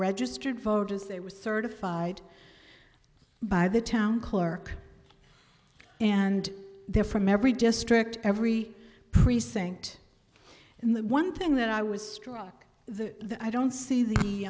registered voters there was certified by the town clerk and they're from every district every precinct and the one thing that i was struck the i don't see the